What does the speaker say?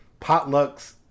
potlucks